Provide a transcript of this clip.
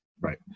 Right